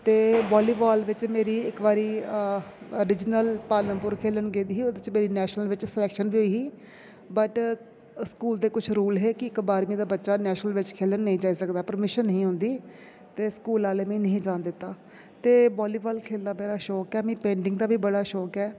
ते वॉलीबॉल बिच मेरी इक बारी अ रीजनल पालमपुर खेलन गेदी ही ओहदे बिच मेरी नेशनल बिच सिलेक्शन बी होई ही वट् स्कूल दे कुछ रूल हे की इक बारहमीं दा बच्चा नेशनल बिच खेल्लन नेईं जाई सकदा परमिशन निं ही होंदी ते स्कूल आह्लें मीं निं हा जान दित्ता ते वॉलीबॉल खेल्लना मेरा शौक ऐ मीं पेंटिंग दा बी बड़ा शौक ऐ